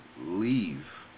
leave